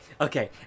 okay